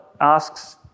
asks